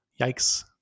Yikes